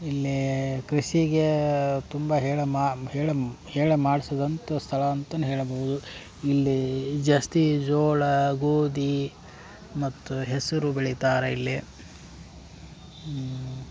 ಇಲ್ಲಿ ಕೃಷಿಗೆ ತುಂಬ ಹೇಳ ಮಾ ಹೇಳಮ್ ಹೇಳಿ ಮಾಡ್ಸಿದಂಥ ಸ್ಥಳ ಅಂತನು ಹೇಳಬಹುದು ಇಲ್ಲಿ ಜಾಸ್ತಿ ಜೋಳ ಗೋದಿ ಮತ್ತು ಹೆಸರು ಬೆಳಿತಾರೆ ಇಲ್ಲಿ ಇನ್ನು